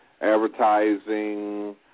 advertising